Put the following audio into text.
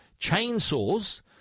chainsaws